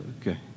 Okay